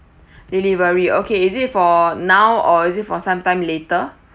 delivery okay is it for now or is it for some time later